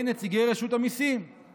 נציגי רשות המיסים בדיוני ועדת הכספים: